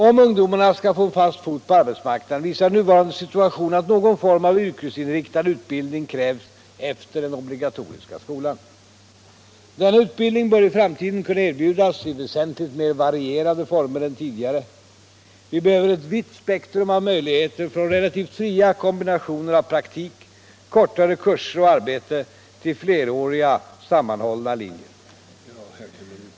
Om ungdomarna skall få en fast fot på arbetsmarknaden visar nuvarande situation att någon form av yrkesinriktad utbildning krävs efter den obligatoriska skolan. Denna utbildning bör i framtiden kunna erbjudas i väsentligt mer varierande former än i dag. Vi behöver ett vitt spektrum av möjligheter från relativt fria kombinationer av praktik, kortare kurser och arbete till fleråriga sammanhållna linjer.